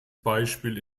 beispiel